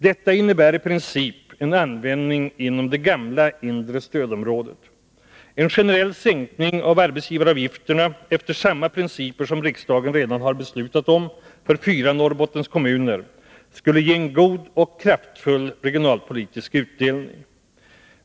Detta innebär i princip en användning inom det gamla inre stödområdet. En generell sänkning av arbetsgivaravgifterna efter samma principer som riksdagen redan har beslutat om för fyra Norrbottenskommuner skulle ge en god och kraftfull regionalpolitisk utdelning.